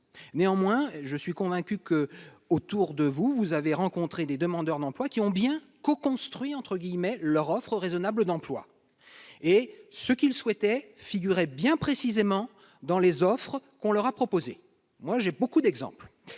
néanmoins, je suis convaincu que autour de vous, vous avez rencontré des demandeurs d'emploi qui ont bien co-construit entre guillemets leur offre raisonnable d'emploi et ce qu'il souhaitait figurer bien précisément dans les offres qu'on leur a proposé, moi j'ai beaucoup d'exemples